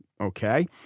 okay